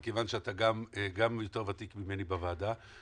מכיוון שאתה גם יותר ותיק ממני בוועדה,